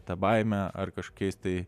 ta baime ar kažkokiais tai